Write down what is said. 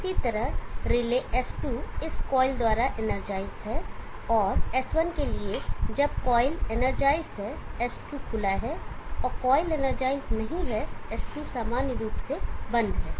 इसी तरह relay S2 इस कॉइल द्वारा इनरजाइज है और S1 के लिए जब कॉइल इनरजाइज है S2 खुला है और कॉइल इनरजाइज नहीं है S2 सामान्य रूप से बंद है